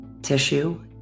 Tissue